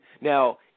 Now